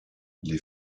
les